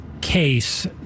case